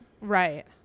right